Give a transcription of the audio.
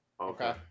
Okay